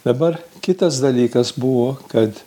dabar kitas dalykas buvo kad